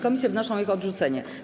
Komisje wnoszą o ich odrzucenie.